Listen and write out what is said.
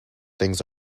things